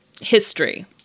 History